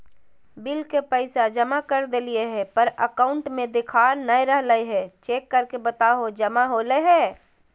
Bill के पैसा जमा कर देलियाय है पर अकाउंट में देखा नय रहले है, चेक करके बताहो जमा होले है?